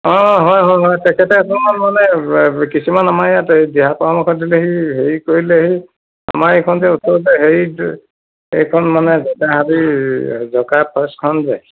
অঁ হয় হয় হয় তেখেতে অকণমান মানে কিছুমান আমাৰ ইয়াত সেই দিহা পৰামৰ্শ দিলেহি হেৰি কৰিলেহি আমাৰ এইখন যে ওচৰত যে হেৰিত এইখন মানে লেতেৰা হাবিৰ জকা ফৰেষ্টখন যে